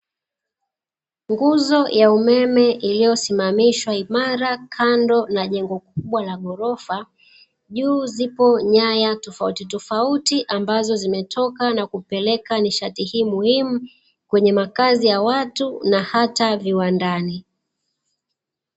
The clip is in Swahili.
Nguzo ya umeme iliyosimamishwa imara kando na jengo kubwa la ghorofa, juu zipo nyaya tofautitofauti ambazo zimetoka na kupeLeka nishati hii muhimu kwenye makazi ya watu na hata viwandani.